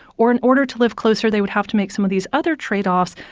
or in order to live closer, they would have to make some of these other trade-offs,